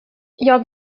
jag